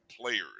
players